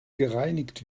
gereinigt